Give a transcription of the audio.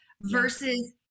versus